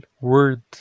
word